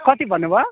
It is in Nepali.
कति भन्नुभयो